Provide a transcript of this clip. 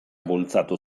bultzatu